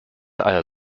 eier